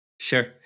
Sure